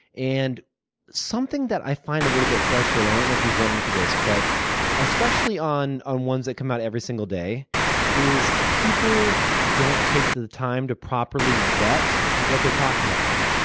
and something that i find a little bit frustrating i don't know if you've run into this, but especially on on ones that come out every single day is people don't take the time to probably vet what they're talking about.